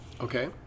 Okay